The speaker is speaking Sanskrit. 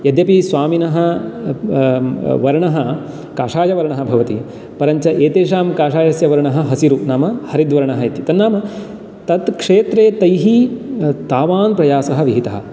यद्यपि स्वामिनः वर्णः काषाय वर्णः भवति परञ्च एतेषां काषायस्य वर्णः हसिरु नाम हरिद्वर्णः इति तन्नाम तत् क्षेत्रे तैः तावान् प्रयासः विहितः